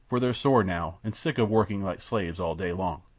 for they're sore now and sick of working like slaves all day long.